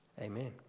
Amen